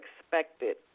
expected